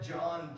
John